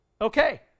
Okay